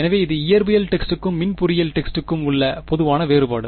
எனவே இது இயற்பியல் டெக்ஸ்ட்க்கும் மின் பொறியியல் டெக்ஸ்ட்க்கும் உள்ள பொதுவான வேறுபாடு